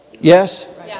Yes